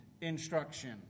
instruction